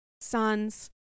son's